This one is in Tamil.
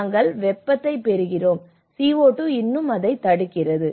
நாங்கள் வெப்பத்தைப் பெறுகிறோம் CO2 இன்னும் அதைத் தடுக்கிறது